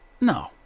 No